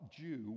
Jew